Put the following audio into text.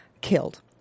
killed